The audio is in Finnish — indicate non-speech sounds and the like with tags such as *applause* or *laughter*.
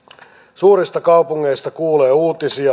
suurista kaupungeista kuulee uutisia *unintelligible*